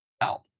out